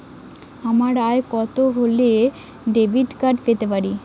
আমার আয় কত হলে ডেবিট কার্ড পেতে পারি?